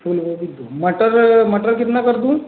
फूल गोभी दो मटर मटर कितना कर दूँ